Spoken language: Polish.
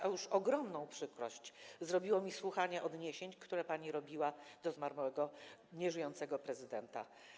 A już ogromną przykrość zrobiło mi słuchanie odniesień, które pani robiła do zmarłego, nieżyjącego prezydenta.